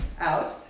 out